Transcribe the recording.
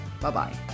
Bye-bye